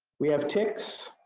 we have ticks.